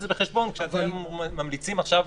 את זה בחשבון כשאתם ממליצים עכשיו,